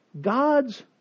God's